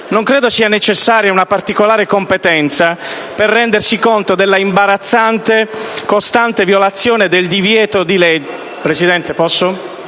Non credo sia necessaria una particolare competenza per rendersi conto dell’imbarazzante, costante violazione del divieto di legge, legata